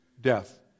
death